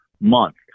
month